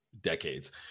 decades